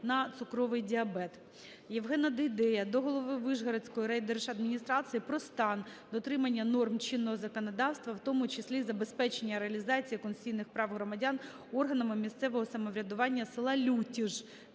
на цукровий діабет. Євгена Дейдея до голови Вишгородської райдержадміністрації про стан дотримання норм чинного законодавства, в тому числі забезпечення реалізації конституційних прав громадян органами місцевого самоврядування села Лютіж